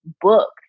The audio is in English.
book